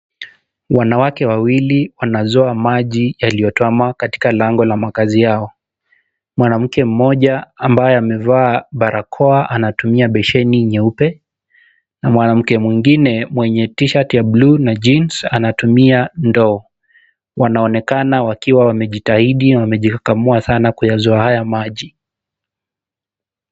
Wanawake wawili wanazoa maji yaliyotuama katika lango la makaazi yao. Mwanamke mmoja ambaye amevaa barakoa anatumia besheni nyeupe na mwanamke mwengine mwenye t-shati ya bluu na jeans anatumia ndoo. Wanaonekana wakiwa wamejitahidi, wamejikakamua sana kuyazoa haya maji.